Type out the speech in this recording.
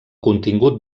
contingut